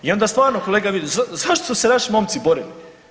I onda stvarno kolega Vidović, zašto su se naši momci borili?